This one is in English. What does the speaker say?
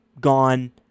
gone